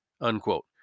unquote